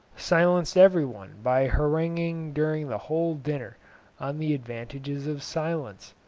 silenced every one by haranguing during the whole dinner on the advantages of silence.